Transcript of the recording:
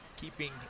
Keeping